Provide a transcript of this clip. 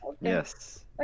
Yes